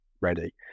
ready